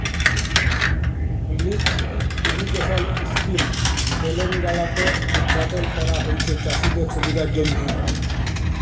lift irrigation scheme তেলেঙ্গালাতে উদঘাটল ক্যরা হঁয়েছে চাষীদের সুবিধার জ্যনহে